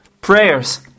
Prayers